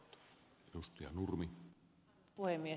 arvoisa puhemies